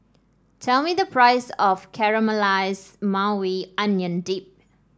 tell me the price of Caramelized Maui Onion Dip